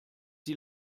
sie